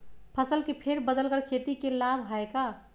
फसल के फेर बदल कर खेती के लाभ है का?